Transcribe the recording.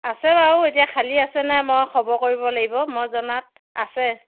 আছে বাৰু এতিয়া খালী আছে নাই মই খবৰ কৰিব লাগিব মই জনাত আছে